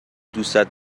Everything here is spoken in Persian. دوستت